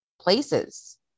places